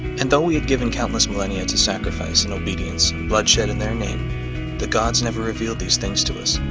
and though we had given countless millennia to sacrifice and obedience and bloodshed in their name the gods never revealed these things to us